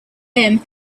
him